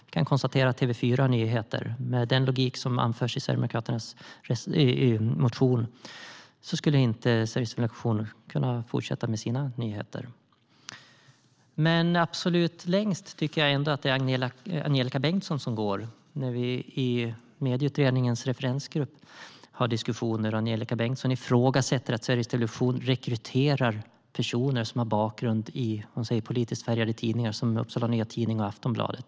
Jag kan konstatera att med den logik som anförs i Sverigedemokraternas motion skulle inte Sveriges Television kunna fortsätta med sina nyheter. Absolut längst tycker jag ändå att Angelika Bengtsson går när vi i Medieutredningens referensgrupp har diskussioner och Angelika Bengtsson ifrågasätter att Sveriges Television rekryterar personer som har bakgrund i, som hon säger, politiskt färgade tidningar som Upsala Nya Tidning och Aftonbladet.